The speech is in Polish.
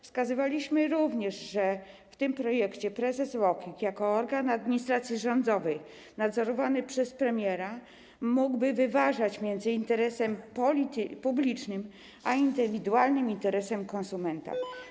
Wskazywaliśmy również, że w tym projekcie prezes UOKiK jako organ administracji rządowej nadzorowany przez premiera mógłby wyważać między interesem publicznym a indywidualnym interesem konsumenta.